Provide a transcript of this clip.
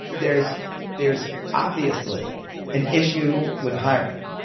there's there's obviously an issue with hiring.